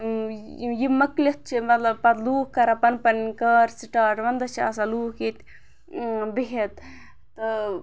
یہِ یہِ مۄکلِتھ چھِ مطلب پَتہٕ لُکھ کَران پنُن پَنٕںۍ کار سِٹاٹ وَندَس چھِ آسان لُکھ ییٚتہِ بِہِتھ تہٕ